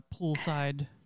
poolside